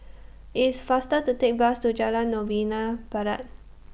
IT IS faster to Take The Bus to Jalan Novena Barat